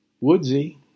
woodsy